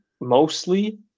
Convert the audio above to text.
mostly